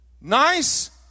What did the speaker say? Nice